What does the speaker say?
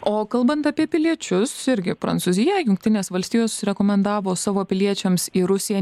o kalbant apie piliečius irgi prancūzija jungtinės valstijos rekomendavo savo piliečiams į rusiją